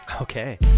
Okay